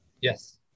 Yes